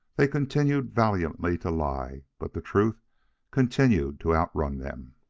they continued valiantly to lie, but the truth continued to outrun them.